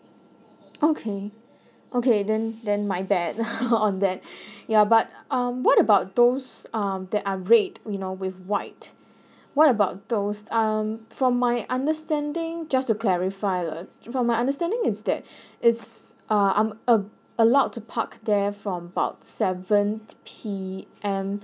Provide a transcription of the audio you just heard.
okay okay then then my bad on that ya but um what about those um that are red you know with white what about those um from my understanding just to clarify uh from my understanding is that it's uh I'm um allowed to park there from about seven P_M